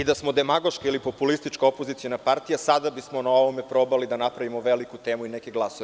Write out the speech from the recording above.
Da smo demagoški ili populistička opoziciona partija, sada bismo na ovome probali da napravimo veliku temu i neke glasove.